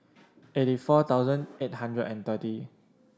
eighty four thousand eight hundred and thirty